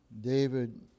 David